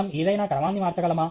మనం ఏదైనా క్రమాన్ని మార్చగలమా